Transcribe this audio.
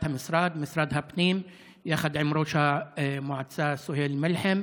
משרד הפנים יחד עם ראש המועצה סוהיל מלחם,